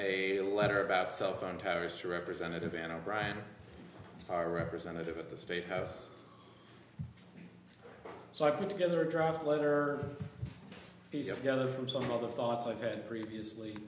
is a letter about cell phone towers to representative and o'brian our representative at the state house so i put together a draft letter he had gathered from some of the thoughts i had previously